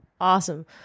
Awesome